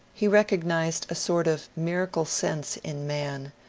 he recog nized a sort of miracle-sense in man,